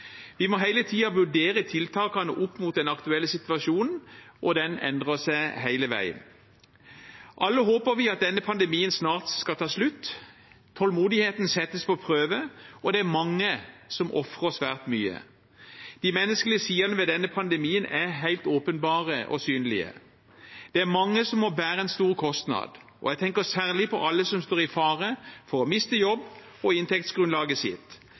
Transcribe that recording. Vi må hele tiden vurdere tiltakene opp mot den aktuelle situasjonen, og den endrer seg hele tiden. Alle håper vi at denne pandemien snart skal ta slutt. Tålmodigheten settes på prøve, og det er mange som ofrer svært mye. De menneskelige sidene ved denne pandemien er helt åpenbare og synlige. Det er mange som må bære en stor kostnad, og jeg tenker særlig på alle som står i fare for å miste jobben og inntektsgrunnlaget sitt.